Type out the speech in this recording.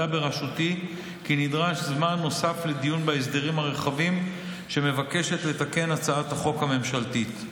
כי נדרש זמן נוסף לדיון בהסדרים הרחבים שמבקשת לתקן הצעת החוק הממשלתית.